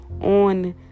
on